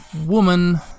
woman